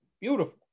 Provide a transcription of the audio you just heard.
beautiful